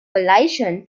coalition